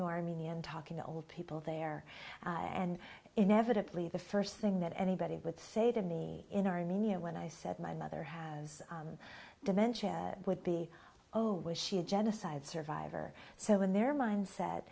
to armenia and talking to old people there and inevitably the first thing that anybody would say to me in armenia when i said my mother has dementia would be was she a genocide survivor so in their